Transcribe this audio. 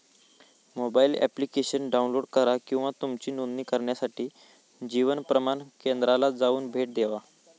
mobile application download करा किंवा तुमची नोंदणी करण्यासाठी जीवन प्रमाण केंद्राला जाऊन भेट देवा